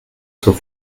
zur